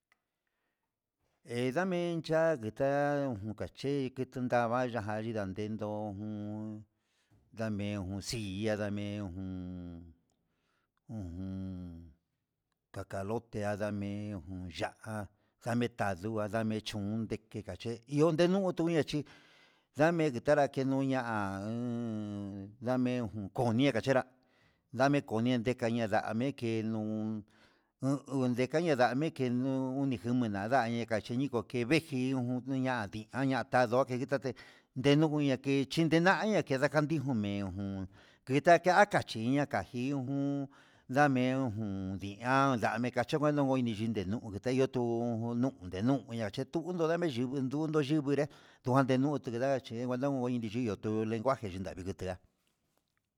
Nedamencha ngueta'a ngache chin dundavaya indan ndedo ojun ndame'e nió silla ndamen ujun, ujun katalote ayeme'e uun ya'á ndame tayua ndame'e chun ke kache ion ndenuu otuya chi ndame ketanra teno'o inña he'e ndame jonia kachera ndame konia ndeka enyame ke nun u uun ndekaña ndame'e kenun ndejunmen yane kacheniko okevejin unña ndinga añatadote jitate ndeñuna ne'e kichenda ñaje katandijo me'e ujun kita nkia kachí ña'a kajin jun ndamen ujun ndian ndame'e ndekachengua jun ndakechingua me'e nunke teyo tú, nuu ndenuya chetuyu ndemenchu ndedundu chimenré nduande nuu timinra ché tinguanduu indiñya tuu lenguaje yinda yivenrá.